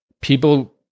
people